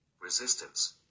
Resistance